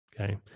Okay